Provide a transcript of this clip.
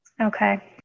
Okay